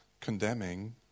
condemning